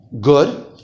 Good